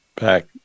back